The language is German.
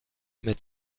mit